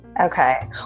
Okay